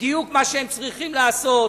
בדיוק מה שהם צריכים לעשות,